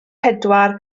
pedwar